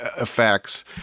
effects